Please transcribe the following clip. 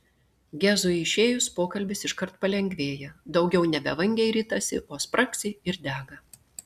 gezui išėjus pokalbis iškart palengvėja daugiau nebe vangiai ritasi o spragsi ir dega